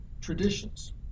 traditions